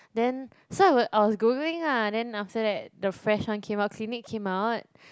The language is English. then so I was I was googling lah and then after that the fresh one came out Clinique came out